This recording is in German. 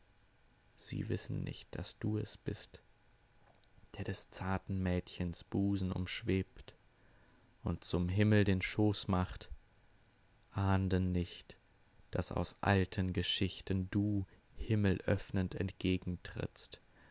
sie wissen nicht daß du es bist der des zarten mädchens busen umschwebt und zum himmel den schoß macht ahnden nicht daß aus alten geschichten du himmelöffnend